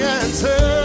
answer